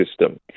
system